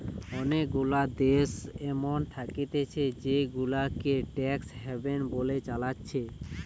অনেগুলা দেশ এমন থাকতিছে জেগুলাকে ট্যাক্স হ্যাভেন বলে চালাচ্ছে